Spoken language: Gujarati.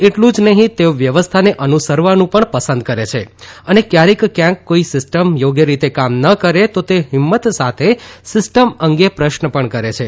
એટલું જ નફીં તેઓ વ્યવસ્થાને અનુસરવાનું પણ પસંદ કરે છે અને કયારેક કયાંક કોઇ સિસ્ટમ યોગ્ય રીતે કામ ન કરે તો તેઓ હિંમત સાથે સિસ્ટમ અંગે પ્રશ્ન પણ કરે છે